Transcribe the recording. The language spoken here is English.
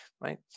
right